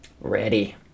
Ready